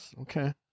Okay